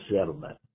settlement